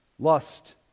Lust